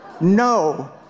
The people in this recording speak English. no